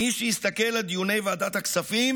מי שהסתכל על דיוני ועדת הכספים